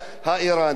הדבר השני,